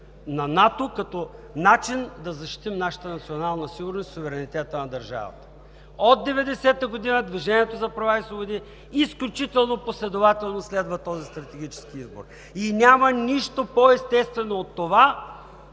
на НАТО като начин да защитим нашата национална сигурност и суверенитета на държавата. От 1990 г. „Движението за права и свободи“ изключително последователно следва този стратегически избор. И няма нищо по-естествено от това